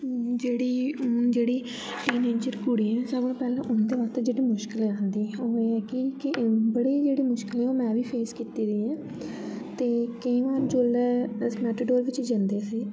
जेह्ड़ी उन्न जेह्ड़ी टीनएजर कुडिय़ां सारे कोला पैह्लै उंदे वास्तै जेह्डी मुश्किल औंदी ऐ ओ एह् ऐ की बड़ी जेह्डी मुश्किल ऐ ओ मैं बी फैस कित्ती दियां न ते केई उन्न जोल्लै अस मैटाडोर बेच्च जंदे हे